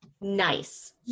Nice